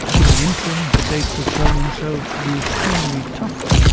in the interim, states have shown themselves to be extremely tough,